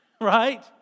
Right